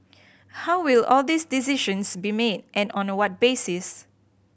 how will all these decisions be made and on the what basis